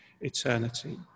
eternity